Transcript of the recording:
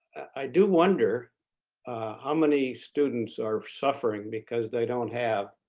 i do wonder how many students are suffering because they don't have